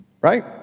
Right